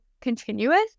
continuous